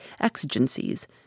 exigencies